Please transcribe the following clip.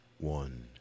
one